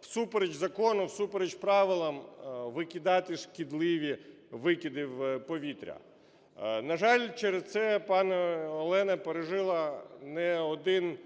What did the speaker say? всупереч закону, всупереч правилам викидати шкідливі викиди в повітря. На жаль, через це пані Олена пережила не один